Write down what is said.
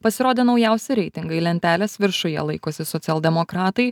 pasirodė naujausi reitingai lentelės viršuje laikosi socialdemokratai